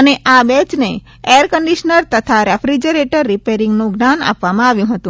અને આ બેચને એરકંડિશનર તથા રેફિજરેટર રીપેરીંગનું જ્ઞાન આપવામાં આવ્યું હતું